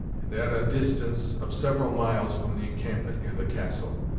and at a distance of several miles from the encampment near the castle.